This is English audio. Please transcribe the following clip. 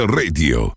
radio